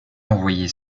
envoyer